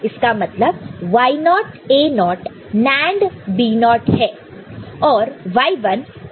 इसका मतलब Y0 A0 NAND B0 है और Y1 A1 NAND B1 है